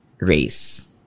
race